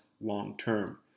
long-term